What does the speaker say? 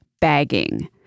bagging